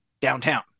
downtown